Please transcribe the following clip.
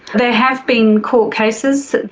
there have been court cases.